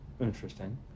Interesting